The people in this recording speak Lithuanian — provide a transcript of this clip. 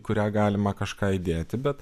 kurią galima kažką įdėti bet